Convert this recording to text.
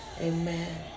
Amen